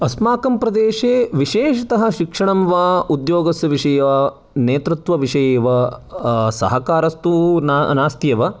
अस्माकं प्रदेशे विशेषतः शिक्षणं वा उद्योगस्य विषये वा नेतृत्व विषये वा सहकारस्तु ना नास्ति एव